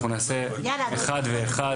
אנחנו נעשה אחד ואחד.